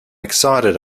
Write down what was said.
excited